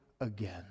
again